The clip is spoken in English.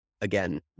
Again